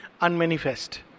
unmanifest